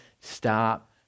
stop